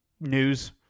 news